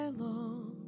long